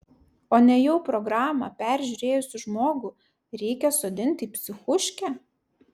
o nejau programą peržiūrėjusį žmogų reikia sodinti į psichuškę